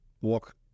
walk